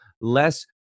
less